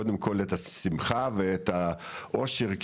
קודם כל את השימחה ואת האושר,